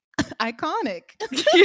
iconic